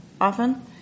often